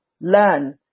Learn